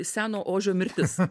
seno ožio mirtis